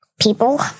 People